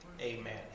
Amen